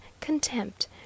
contempt